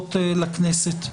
הבחירות לכנסת.